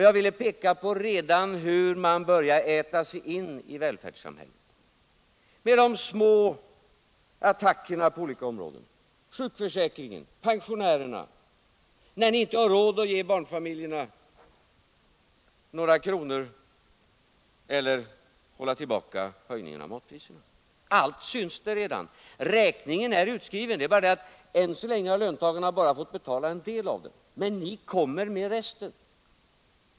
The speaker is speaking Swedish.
Jag vill peka på hur man redan börjar äta sig in i välfärdssamhället med de små attackerna på olika områden. Det gäller sjukförsäkringen och pensionärerna. Ni har inte råd att ge barnfamiljerna några kronor eller hålla tillbaka höjningen av matpriserna. Allt syns redan där. Räkningen är utskriven. Det är bara det att än så länge har löntagarna endast fått betala en del. Men ni kommer med räkningen på resten.